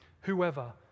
Whoever